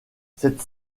cette